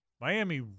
Miami